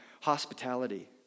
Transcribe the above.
hospitality